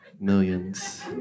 Millions